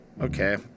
okay